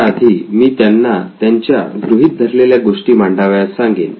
त्याआधी मी त्यांना त्यांच्या गृहीत धरलेल्या गोष्टी मांडावयास सांगेन